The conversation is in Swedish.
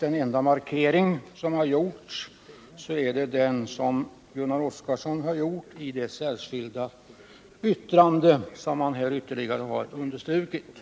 Den enda markering som har gjorts är ett till betänkandet fogat särskilt yttrande av Gunnar Oskarson, som han här ytterligare har understrukit.